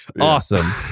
Awesome